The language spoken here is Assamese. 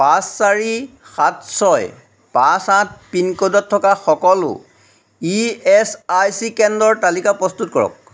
পাঁচ চাৰি সাত ছয় পাঁচ আঠ পিনক'ডত থকা সকলো ই এছ আই চি কেন্দ্ৰৰ তালিকা প্ৰস্তুত কৰক